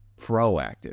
proactive